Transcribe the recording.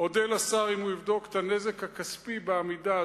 אודה לשר אם הוא יבדוק את הנזק הכספי בעמידה,